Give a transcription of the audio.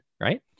right